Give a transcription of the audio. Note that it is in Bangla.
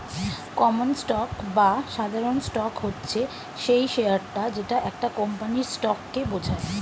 কমন স্টক বা সাধারণ স্টক হচ্ছে সেই শেয়ারটা যেটা একটা কোম্পানির স্টককে বোঝায়